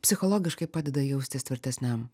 psichologiškai padeda jaustis tvirtesniam